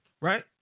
Right